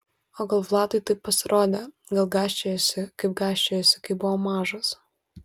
o gal vladui taip pasirodė gal gąsčiojasi kaip gąsčiojosi kai buvo mažas